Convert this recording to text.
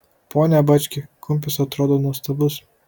pone bački kumpis atrodo nuostabus